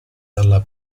dalla